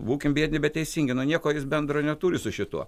būkim biedni bet teisingi nu nieko jis bendro neturi su šituo